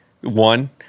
one